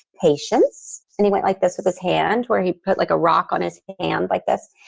patience. and he went like this with his hand where he put like a rock on his hand like this.